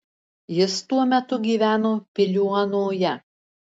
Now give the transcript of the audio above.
jis tuo metu gyveno piliuonoje